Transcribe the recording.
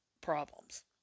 problems